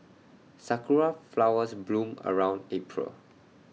Sakura Flowers bloom around April